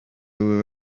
were